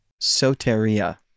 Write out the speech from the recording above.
Soteria